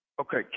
Okay